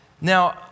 Now